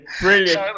brilliant